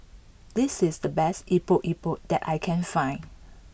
this is the best Epok Epok that I can find